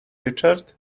richard